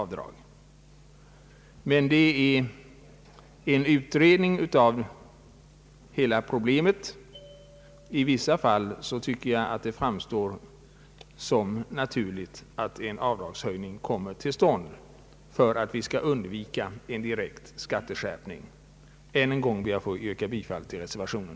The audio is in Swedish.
Vad vi begär är en utredning av hela problematiken. Det framstår för mig som naturligt att en avdragshöjning genomförs i vissa fall för att en direkt skattehöjning skall kunna undvikas. Än en gång ber jag att få yrka bifall till reservationen.